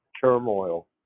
turmoil